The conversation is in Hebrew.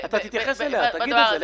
אתה תתייחס בהמשך ותגיד את זה.